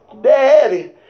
Daddy